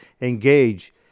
engage